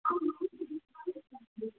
अ